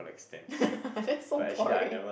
that's so boring